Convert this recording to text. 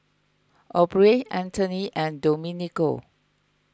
Aubrey Anthony and Domenico